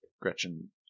Gretchen